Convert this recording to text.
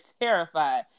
terrified